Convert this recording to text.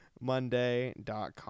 monday.com